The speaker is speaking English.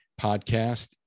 podcast